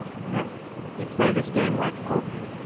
you play this game like poker